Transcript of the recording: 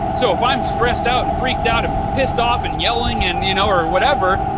so, if i'm stressed out and freaked out and pissed off and yelling and you know or whatever,